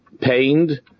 pained